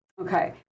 Okay